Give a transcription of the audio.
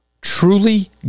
truly